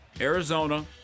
Arizona